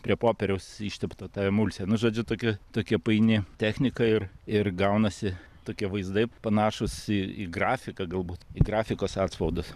prie popieriaus ištepto ta emulsija nu žodžiu tokia tokia paini technika ir ir gaunasi tokie vaizdai panašūs į į grafiką galbūt į grafikos atspaudus